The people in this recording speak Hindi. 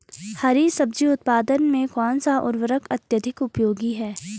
हरी सब्जी उत्पादन में कौन सा उर्वरक अत्यधिक उपयोगी है?